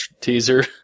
teaser